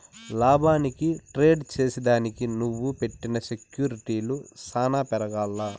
లాభానికి ట్రేడ్ చేసిదానికి నువ్వు పెట్టిన సెక్యూర్టీలు సాన పెరగాల్ల